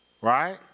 right